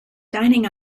dining